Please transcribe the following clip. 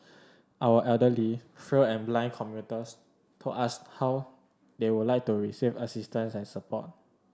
our elderly frail and blind commuters told us how they would like to receive assistance and support